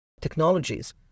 technologies